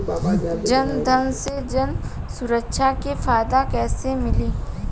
जनधन से जन सुरक्षा के फायदा कैसे मिली?